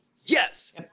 Yes